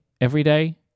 everyday